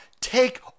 Take